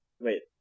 wait